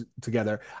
together